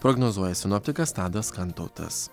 prognozuoja sinoptikas tadas kantautas